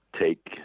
take